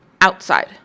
outside